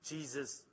Jesus